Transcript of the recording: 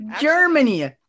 Germany